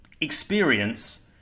experience